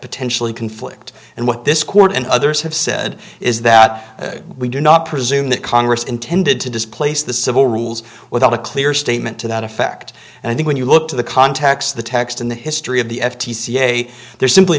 potentially conflict and what this court and others have said is that we do not presume that congress intended to displace the civil rules without a clear statement to that effect and i think when you look to the context of the text in the history of the f t c a there's simply